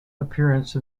appearance